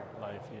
life